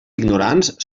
ignorants